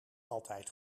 altijd